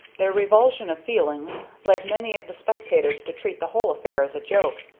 their revulsion of feeling led many of the spectators to treat the whole affair as a joke,